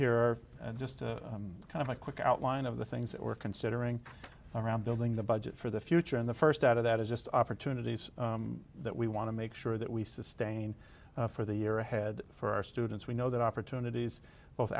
here are just kind of a quick outline of the things that we're considering around building the budget for the future and the first out of that is just opportunities that we want to make sure that we sustain for the year ahead for our students we know that opportunities both